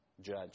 judge